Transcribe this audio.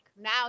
Now